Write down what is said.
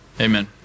Amen